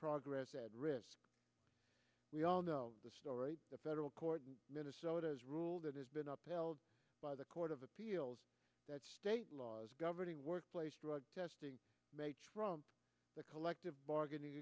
progress at risk we all know the story the federal court in minnesota has ruled it has been upheld by the court of appeals that state laws governing workplace drug testing may trump the collective bargaining